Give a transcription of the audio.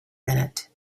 minute